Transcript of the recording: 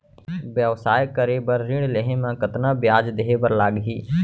व्यवसाय करे बर ऋण लेहे म कतना ब्याज देहे बर लागही?